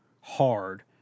hard